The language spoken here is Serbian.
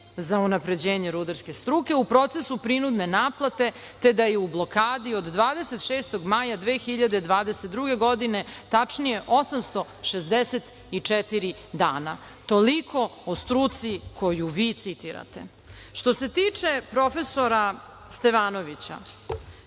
za unapređenje rudarske struke u procesu prinudne naplate, te da je u blokadi od 26. maja 2022. godine, tačnije, 864 dana. Toliko o struci koju vi citirate. Što se tiče profesora Stevanovića,